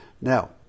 Now